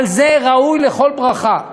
אבל זה ראוי לכל ברכה.